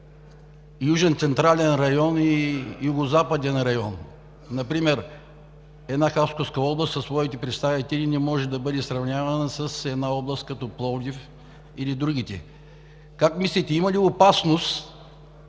Южен централен район, и Югозападен район. Например една Хасковска област със своите представители не може да бъде сравнявана с област като Пловдив или другите. Как мислите: има ли опасност